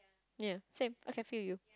ya same I can feel you